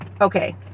Okay